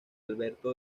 alberto